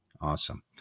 Awesome